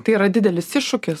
tai yra didelis iššūkis